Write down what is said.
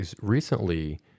Recently